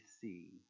see